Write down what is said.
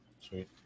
Sweet